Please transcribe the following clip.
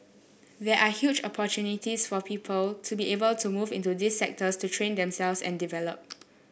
there are huge opportunities for people to be able to move into these sectors to train themselves and develop